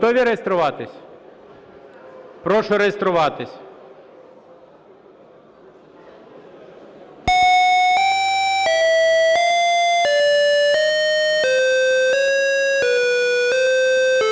Готові реєструватись? Прошу реєструватись.